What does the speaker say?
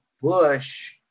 Bush